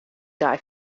dei